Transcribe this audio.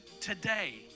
today